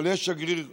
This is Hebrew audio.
אבל יש שגריר לישראל.